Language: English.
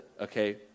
okay